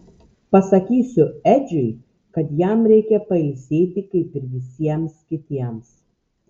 pasakysiu edžiui kad jam reikia pailsėti kaip ir visiems kitiems